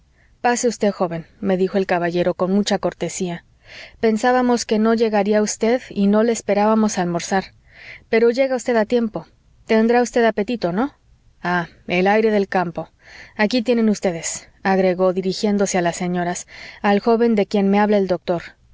pase usted joven me dijo el caballero con mucha cortesía pensábamos que no llegaría usted y no le esperábamos a almorzar pero llega usted a tiempo tendrá usted apetito no ah el aire del campo aquí tienen ustedes agregó dirigiéndose a las señoras al joven de quien me habla el doctor